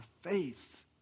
faith